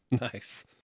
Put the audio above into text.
nice